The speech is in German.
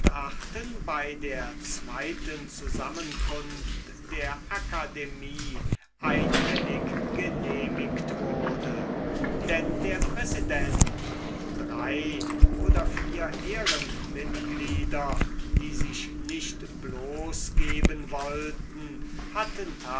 bei der zweiten zusammenkunft der akademie einhellig genehmigt wurde denn der präsident und drei oder vier ehrenmitglieder die sich nicht bloß geben wollten hatten